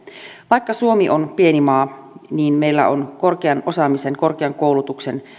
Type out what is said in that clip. vaikka suomi on pieni maa niin meillä on korkean osaamisen korkean koulutuksen